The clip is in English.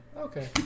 Okay